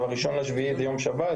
1 ביולי זה יום שבת,